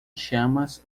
chamas